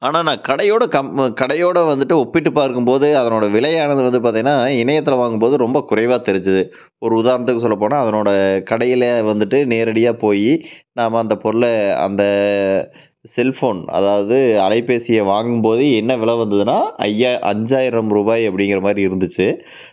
ஆனால் நான் கடையோடு கடையோடு வந்துவிட்டு ஒப்பிட்டு பார்க்கும் போது அதனோட விலையானது வந்து பார்த்திங்கனா இணையத்தில் வாங்கும் போது ரொம்ப குறைவாக தெரிஞ்சுது ஒரு உதாரணத்துக்கு சொல்லப்போனால் அதனோடு கடையில் வந்துவிட்டு நேரடியாக போய் நாம் அந்த பொருளை அந்த செல் ஃபோன் அதாவது அலைபேசியை வாங்கும் போது என்ன விலை வந்ததுன்னா அஞ்சாயிரம் ருபாய் அப்படிங்கிற மாதிரி இருந்துச்சு